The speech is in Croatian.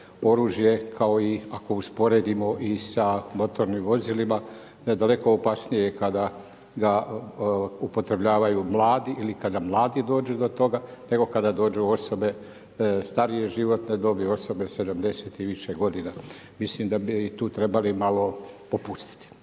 oružje kao i ako usporedimo i sa motornim vozilima da je daleko opasnije kada ga upotrebljavaju mladi ili kada mladi dođu do toga, nego kada dođu osobe starije životne dobi, osobe 70 i više godina. Mislim da bi i tu trebali malo popustiti.